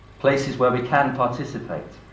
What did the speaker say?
places where we can participate,